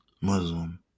Muslim